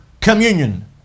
communion